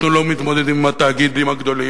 אנחנו לא מתמודדים עם התאגידים הגדולים